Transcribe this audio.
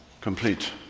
complete